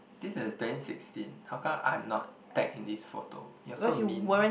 this is twenty sixteen how come I am not tagged in this photo you're so mean